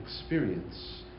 experience